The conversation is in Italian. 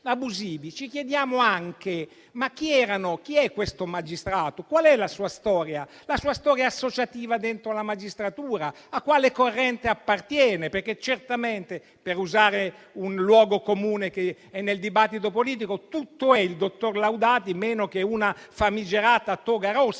Ci chiediamo anche chi è questo magistrato, qual è la sua storia associativa dentro la magistratura, a quale corrente appartiene perché certamente - per usare un luogo comune che è nel dibattito politico - tutto è il dottor Laudati meno che una famigerata toga rossa,